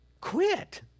Quit